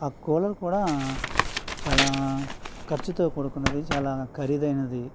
ఆ కూలర్ కూడా చాలా ఖర్చుతో కూడుకున్నది చాలా ఖరీదైనది